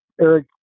Eric